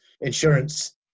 insurance